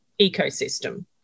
ecosystem